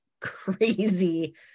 crazy